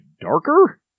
darker